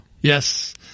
Yes